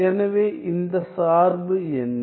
எனவே இந்த சார்பு என்ன